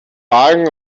wagen